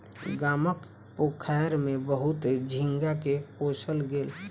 गामक पोखैर में बहुत झींगा के पोसल गेल